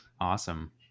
Awesome